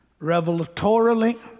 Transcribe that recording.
revelatorily